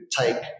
take